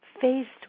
Faced